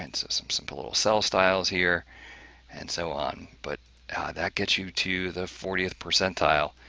and so, some simple little cell styles here and so on, but that gets you to the fortieth percentile.